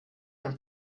ein